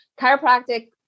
chiropractic